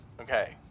Okay